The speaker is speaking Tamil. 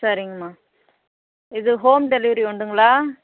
சரிங்கம்மா இது ஹோம் டெலிவரி உண்டுங்களா